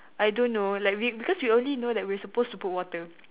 I don't know like we because we only know that we're supposed to put water